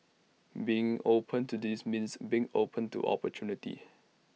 being open to this means being open to opportunity